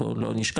בואו לא נשכח,